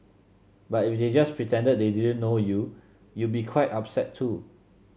but if they just pretended they didn't know you you'd be quite upset too